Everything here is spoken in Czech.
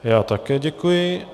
Já také děkuji.